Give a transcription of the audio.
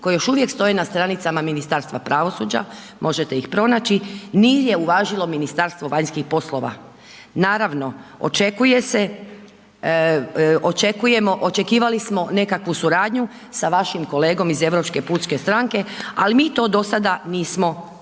koje još uvijek stoje na stranicama Ministarstva pravosuđa, možete ih pronaći, nije uvažilo Ministarstvo vanjskih poslova. Naravno, očekuje se, očekujemo, očekivali smo nekakvu suradnju sa vašim kolegom iz Europske pučke stranke, ali mi to do sada nismo vidjeli.